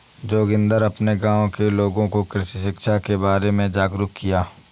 जोगिंदर अपने गांव के लोगों को कृषि शिक्षा के बारे में जागरुक किया